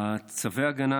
צווי הגנה,